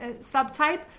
subtype